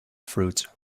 fruits